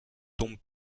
tombe